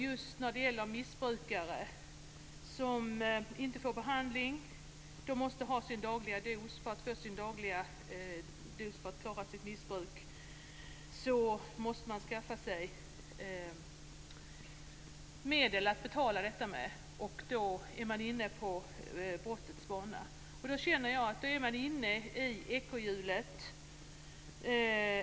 Det gäller missbrukare som inte får behandling. De måste ha sin dagliga dos, och de måste skaffa sig medel för att betala sitt missbruk. Då är de inne på brottets bana och inne i ekorrhjulet.